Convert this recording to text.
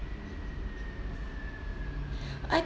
I